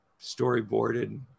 storyboarded